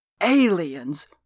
Aliens